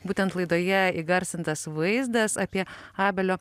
būtent laidoje įgarsintas vaizdas apie abelio